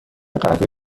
قهوه